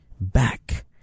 back